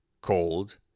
cold